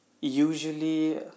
usually